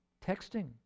texting